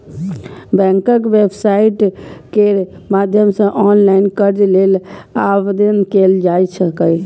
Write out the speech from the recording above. बैंकक वेबसाइट केर माध्यम सं ऑनलाइन कर्ज लेल आवेदन कैल जा सकैए